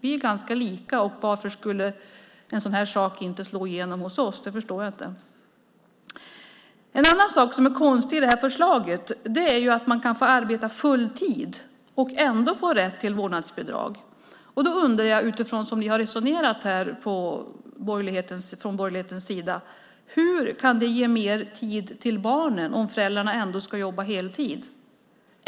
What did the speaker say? Vi är ganska lika. Varför skulle en sådan här sak inte slå igenom hos oss? Det förstår jag inte. En annan sak som är konstig i det här förslaget är att man kan arbeta full tid och ändå få rätt till vårdnadsbidrag. Då undrar jag, utifrån hur ni har resonerat från borgerlighetens sida: Hur kan det ge mer tid till barnen, om föräldrarna ändå ska jobba heltid?